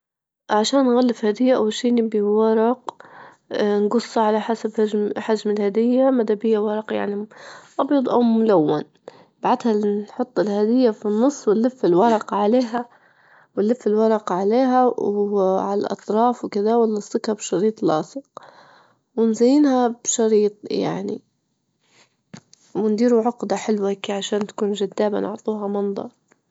عشان نغلف هدية أول شي نبي ورق نجصه على حسب حج- حجم الهدية، مادا بيا ورق يعني أبيض أو ملون، بعدها نحط الهدية في النص ونلف الورق عليها ونلف الورق عليها، وعلى الأطراف وكذا، ونلصقها بشريط لاصق، ونزينها بشريط يعني، ونديرو عقدة حلوة هيكي عشان تكون جذابة نعطوها منظر.